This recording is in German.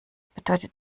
bedeutet